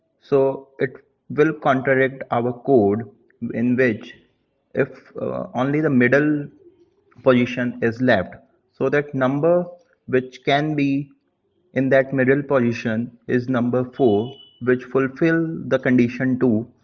so it will contradict our code in which if only the middle position is left so that number which can be in that middle position is number four which fulfills the condition two,